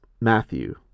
Matthew